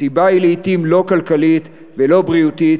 הסיבה היא לעתים לא כלכלית ולא בריאותית,